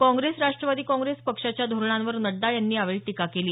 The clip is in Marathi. काँग्रेस राष्ट्रवादी काँग्रेस पक्षाच्या धोरणांवर नड्डा यांनी यावेळी टीका केली